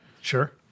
Sure